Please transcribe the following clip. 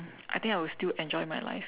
I think I will still enjoy my life